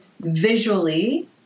visually